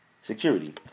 Security